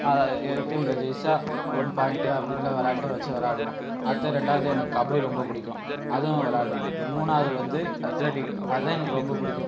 அதான் எதிர் டீமில் ஜெயிச்சுட்டால் ஒன் பாய்ண்ட் அப்படின்லா விளாண்டு வெச்சு விளாடுவோம் அடுத்து ரெண்டாவது எனக்கு கபடி ரொம்ப பிடிக்கும் அதுவும் விளாடுவேன் மூணாவது வந்து அத்லெட்டிக் அதுதான் எனக்கு ரொம்ப பிடிக்கும்